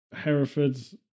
Herefords